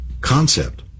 concept